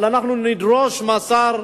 אבל נדרוש מהשר,